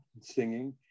singing